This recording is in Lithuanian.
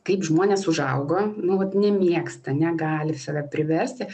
kaip žmonės užauga nu vat nemėgsta negali save priversti